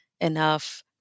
enough